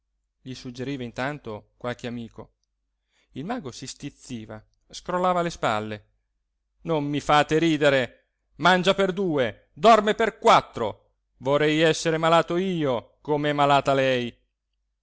gli suggeriva intanto qualche amico il mago si stizziva scrollava le spalle non mi fate ridere mangia per due dorme per quattro vorrei essere malato io com'è malata lei